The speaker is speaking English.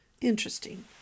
Interesting